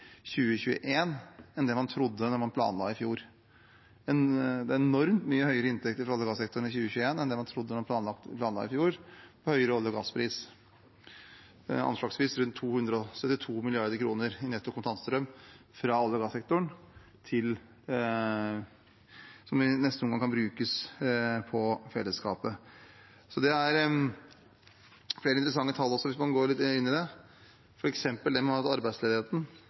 enn man trodde man ville få da man planla i fjor. Det har vært enormt mye høyere inntekter fra olje- og gassektoren i 2021 enn man trodde det skulle være da man planla i fjor, på grunn av høyere olje- og gasspris. Det er anslagsvis rundt 272 mrd. kr i netto kontantstrøm fra olje- og gassektoren, som i neste omgang kan brukes på fellesskapet. Det er flere interessante tall også, hvis man går litt inn i det, f.eks. når det gjelder arbeidsledigheten: